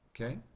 Okay